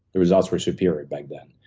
the results were superior back then.